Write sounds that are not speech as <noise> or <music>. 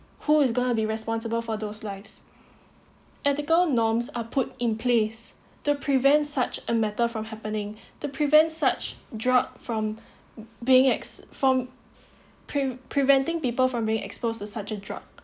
who is going to be responsible for those lives ethical norms are put in place to prevent such a matter from happening <breath> the prevent such drop from being ex~ from pre~ preventing people from being exposed to such a drug